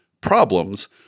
problems